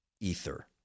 ether